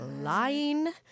lying